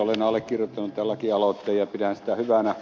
olen allekirjoittanut tämän lakialoitteen ja pidän sitä hyvänä